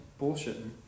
bullshitting